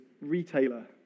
retailer